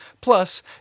Plus